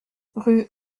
rue